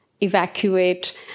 evacuate